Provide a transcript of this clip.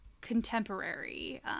contemporary